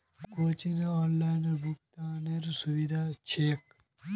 कोचिंगत ऑनलाइन भुक्तानेरो सुविधा छेक